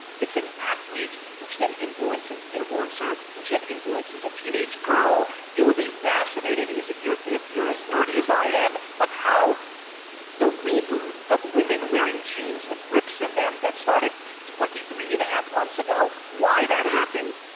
it's an athlete which then influence an influencer, which have influences a teenage girl. you would be fascinated is if you're if you're as nerdy as i am of how the reboot of women wearing jeans with rips in them that started twenty three and a half months ago, why that happened?